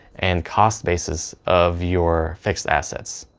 and cost basis of your fixed assets.